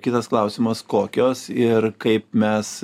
kitas klausimas kokios ir kaip mes